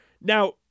Now